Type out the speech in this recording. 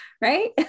right